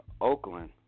Oakland